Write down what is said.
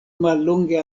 mallonge